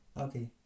Okay